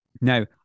Now